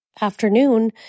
afternoon